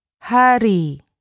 Hari